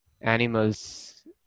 Animals